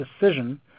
decision